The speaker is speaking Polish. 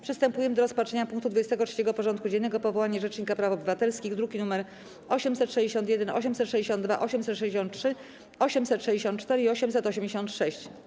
Przystępujemy do rozpatrzenia punktu 23. porządku dziennego: Powołanie Rzecznika Praw Obywatelskich (druki nr 861, 862, 863, 864 i 886)